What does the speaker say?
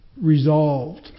resolved